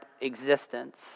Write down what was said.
existence